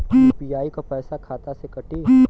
UPI क पैसा खाता से कटी?